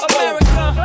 America